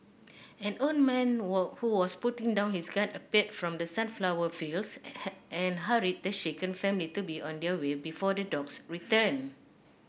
an old man were who was putting down his gun appeared from the sunflower fields and and hurried the shaken family to be on their way before the dogs return